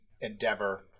endeavor